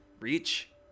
Reach